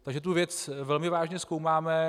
Takže tu věc velmi vážně zkoumáme.